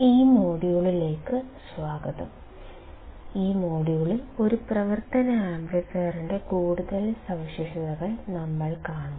ഈ മൊഡ്യൂളിലേക്ക് സ്വാഗതം ഈ മൊഡ്യൂളിൽ ഒരു പ്രവർത്തന ആംപ്ലിഫയറിന്റെ കൂടുതൽ സവിശേഷതകൾ നമ്മൾ കാണും